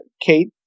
Kate